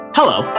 Hello